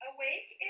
Awake